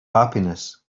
happiness